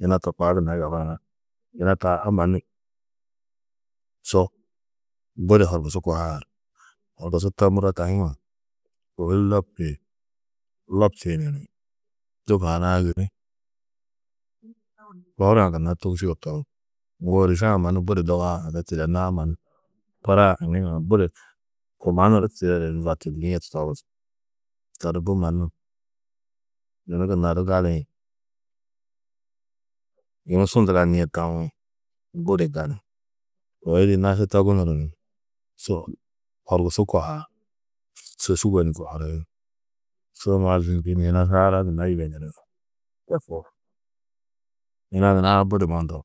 Yina to kua gunna yobaar, yina taa ha mannu su budi horgusu kohaar. Horgusu to muro dahu-ã kohurî loptiyi, loptiyunu ni du maana-ã yunu kohurã gunna togusîe togus. Ŋgo êriše-ã mannu budi doga-ã haki tidennãá mannu karaha haŋiĩ mannu budi kumanuru tidedu ni zabtidinîe tudogus, to di bu mannu yunu gunna du gali-ĩ, yunu su nduganîe tawo budi gali. Toi di nasu to gunuru ni su horkusu kohaar. Su sûgo ni kohuri, su mazu njî ni yina nurã gunna yibeniri to koo. Yina nuraã budi mundu,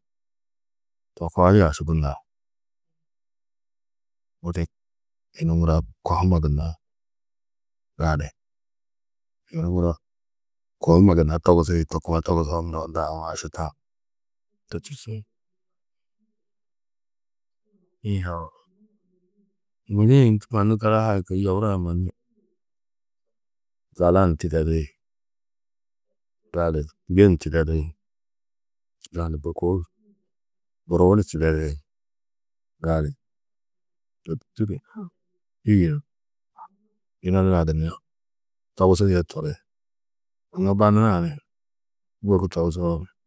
to koo. Gudi yunu muro kohumo gunna gali. Yunu muro kohumo gunna togusi to koo togusoo muro unda aũ aši tam, to tûrtu. gudi-ĩ ndû mannu karahaa kôi yoburã mannu Zala ni tidedi, gali Tîge ni tidedi, gali Burku ni tidedi gali. To tûrtu du tîyiĩ yina nurã gunna togusidîe tohi. Anna ba nurã ni wôku togusoo.